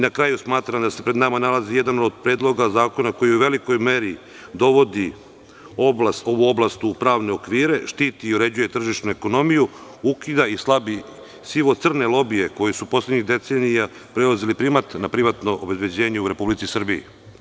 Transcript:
Na kraju, smatram da se pred nama nalazi jedan od predloga zakona koji u velikoj meri dovodi ovu oblast u pravne okvire, štiti i uređuje tržišnu ekonomiju, ukida i slabi sivo-crne lobije koji su poslednjih decenija preuzimali primat na privatno obezbeđenje u Republici Srbiji.